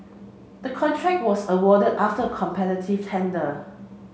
the contract was awarded after a competitive tender